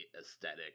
aesthetic